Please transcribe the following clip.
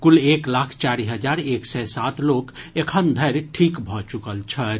कुल एक लाख चारि हजार एक सय सात लोक एखन धरि ठीक भऽ चुकल छथि